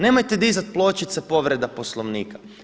Nemojte dizat pločice povreda Poslovnika.